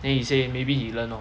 then he say maybe he learn lor